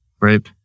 Right